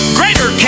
greater